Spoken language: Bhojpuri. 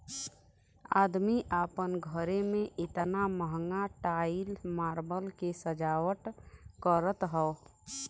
अदमी आपन घरे मे एतना महंगा टाइल मार्बल के सजावट करत हौ